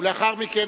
לאחר מכן,